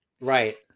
Right